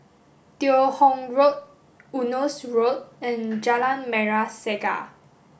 Teo Hong Road Eunos Road and Jalan Merah Saga